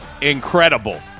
Incredible